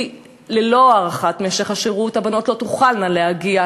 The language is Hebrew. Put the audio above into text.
כי ללא הארכת משך השירות הבנות לא תוכלנה להגיע